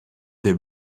des